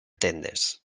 tendes